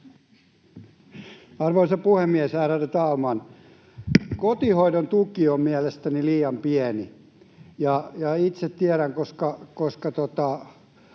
Arvoisa puhemies, ärade talman! Kotihoidon tuki on mielestäni liian pieni, ja itse tiedän, koska